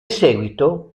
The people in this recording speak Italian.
seguito